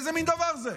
איזה מין דבר זה?